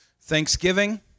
Thanksgiving